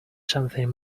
something